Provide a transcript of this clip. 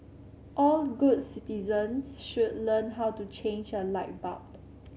all good citizens should learn how to change a light bulb